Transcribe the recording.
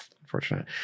unfortunate